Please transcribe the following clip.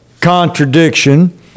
contradiction